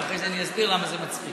ואחרי זה אני אסביר למה זה מצחיק.